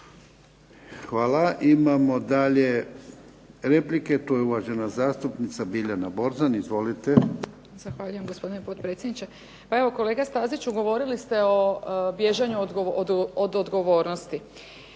Hvala. Imamo dalje replike, to je uvažena zastupnica Biljana Borzan. Izvolite. **Borzan, Biljana (SDP)** Zahvaljujem gospodine potpredsjedniče. Pa evo kolega Staziću govorili ste o bježanju od odgovornosti.